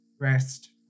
rest